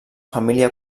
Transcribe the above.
família